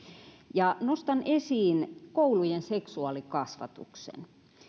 ja nostan esiin koulujen seksuaalikasvatuksen